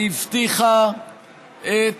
והבטיחה את